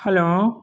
hello